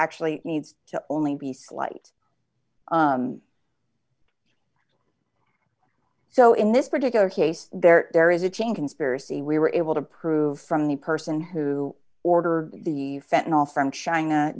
actually needs to only be slight so in this particular case there there is a chain conspiracy we were able to prove from the person who order the sentinel from china